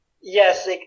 Yes